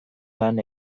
lan